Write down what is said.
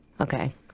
okay